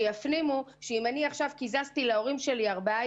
שיפנימו שאם עכשיו קיזזתי להורים ארבעה